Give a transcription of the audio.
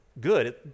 good